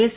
S